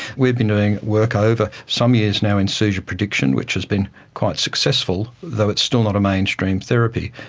we've been doing work over some years now in seizure prediction which has been quite successful, though it's still not a mainstream therapy,